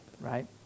Right